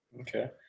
okay